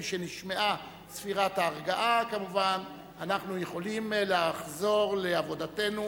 ומשנשמעה צפירת הארגעה אנחנו יכולים לחזור לעבודתנו.